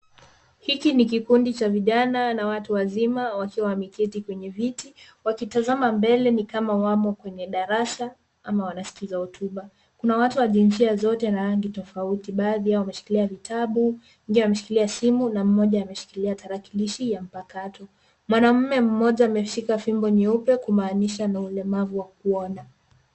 Hiki ni kikundi cha vijana na watu wazima wakiwa wameketi kwenye viti, wakitazama mbele ni kama wamo kwenye darasa ama wanasikiza hotuba. Kuna watu wa jinsia zote na rangi tofauti. Baadhi yao wameshikilia vitabu, wengine wameshikila simu, na mmoja ameshikilia tarakilishi ya mpakato. Mwanaume mmoja ameshika fimbo nyeupe, kumaaninsha ana ulemavu wa kuona.